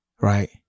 right